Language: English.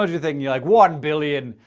what you're thinking, you're like one billion,